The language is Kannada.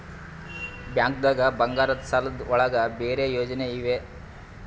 ಬ್ಯಾಂಕ್ದಾಗ ಬಂಗಾರದ್ ಸಾಲದ್ ಒಳಗ್ ಬೇರೆ ಯೋಜನೆ ಇವೆ?